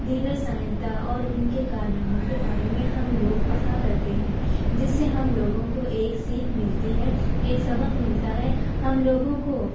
دیگر سائنسداں اور ان کے کارناموں کے بارے میں ہم لوگ پڑھا کرتے ہیں جس سے ہم لوگوں کو ایک سیکھ ملتی ہے ایک سبق ملتا ہے ہم لوگوں کو